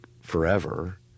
forever